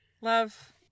Love